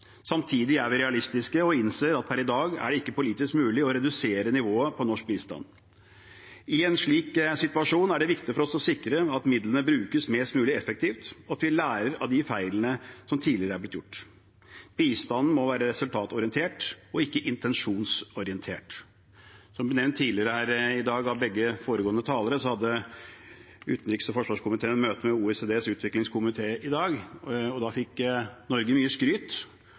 Samtidig er vi realistiske og innser at per i dag er det ikke politisk mulig å redusere nivået på norsk bistand. I en slik situasjon er det viktig for oss å sikre at midlene brukes mest mulig effektivt, og at vi lærer av de feilene som tidligere er blitt gjort. Bistanden må være resultatorientert og ikke intensjonsorientert. Som det ble nevnt tidligere her i dag, av begge foregående talere, hadde utenriks- og forsvarskomiteen møte med OECDs utviklingskomité i dag. Da fikk Norge mye skryt